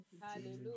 Hallelujah